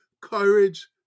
courage